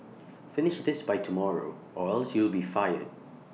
finish this by tomorrow or else you'll be fired